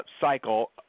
cycle